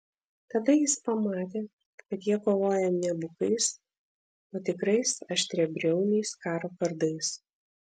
tada jis pamatė kad jie kovoja ne bukais o tikrais aštriabriauniais karo kardais